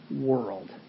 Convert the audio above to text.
world